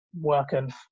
working